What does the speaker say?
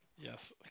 Yes